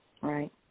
Right